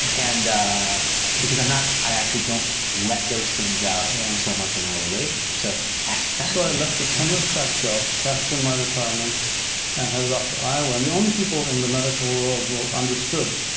and because i'm not, i actually don't let those things out so much in our relationship. so that's fascinating. so i left a tenure track job, cashed in my retirement and headed off to iowa and the only people in the medical world who understood,